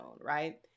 right